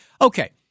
Okay